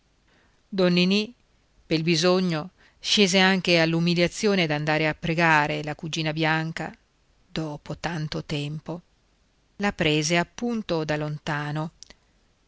ninì pel bisogno scese anche all'umiliazione d'andare a pregare la cugina bianca dopo tanto tempo la prese appunto da lontano